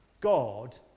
God